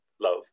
love